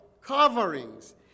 Coverings